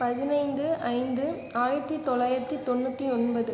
பதினைந்து ஐந்து ஆயிரத்தி தொள்ளாயிரத்து தொண்ணூற்றி ஒன்பது